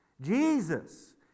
Jesus